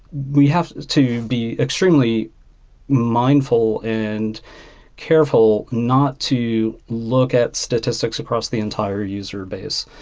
we have to be extremely mindful and careful not to look at statistics across the entire user base.